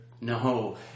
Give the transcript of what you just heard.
No